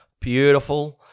beautiful